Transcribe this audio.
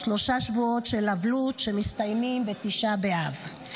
שלושה שבועות של אבלות שמסתיימים בתשעה באב.